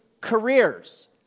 careers